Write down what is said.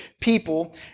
people